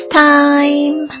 time